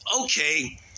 okay